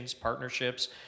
partnerships